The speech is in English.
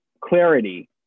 clarity